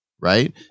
right